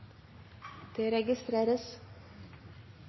Det registreres.